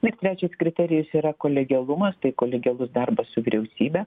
ir trečias kriterijus yra kolegialumas tai kolegialus darbas su vyriausybe